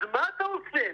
אז מה אתה עושה?